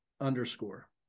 underscore